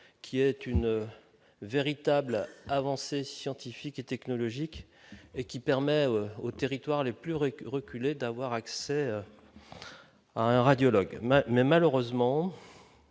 qui est une véritable avancée scientifique et technologique, et qui permet aux territoires les plus vrai que reculer d'avoir accès à un radiologue main mais malheureusement